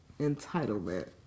entitlement